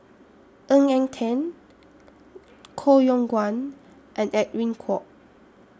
Ng Eng Teng Koh Yong Guan and Edwin Koek